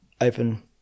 open